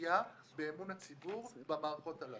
פגיעה באמון הציבור במערכות הללו.